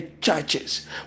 churches